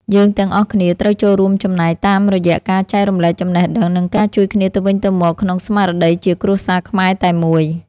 យើងទាំងអស់គ្នាត្រូវចូលរួមចំណែកតាមរយៈការចែករំលែកចំណេះដឹង និងការជួយគ្នាទៅវិញទៅមកក្នុងស្មារតីជាគ្រួសារខ្មែរតែមួយ។